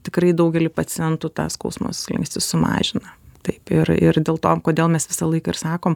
tikrai daugeliui pacientų tą skausmo slenkstį sumažina taip ir ir dėl to kodėl mes visą laiką ir sakom